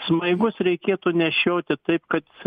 smaigus reikėtų nešioti taip kad